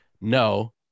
no